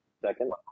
Second